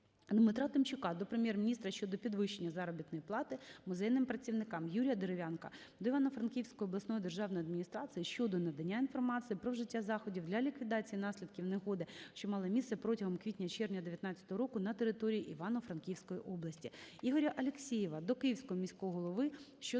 Дмитра Тимчука до Прем'єр-міністра щодо підвищення заробітної плати музейним працівникам. Юрія Дерев'янка до Івано-Франківської обласної державної адміністрації щодо надання інформації про вжиття заходів для ліквідації наслідків негоди, що мала місце протягом квітня-червня 2019 року на території Івано-Франківської області.